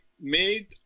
made